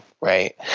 right